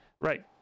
Right